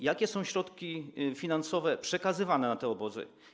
Jakie są środki finansowe przekazywane na te obozy?